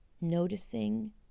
noticing